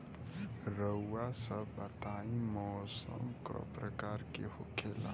रउआ सभ बताई मौसम क प्रकार के होखेला?